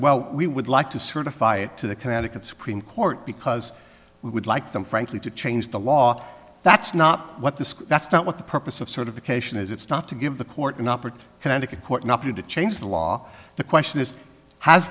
well we would like to certify it to the connecticut supreme court because we would like them frankly to change the law that's not what this that's not what the purpose of certification is it's not to give the court an opportune connecticut court not to change the law the question is has